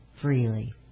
freely